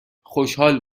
خوشحال